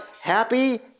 happy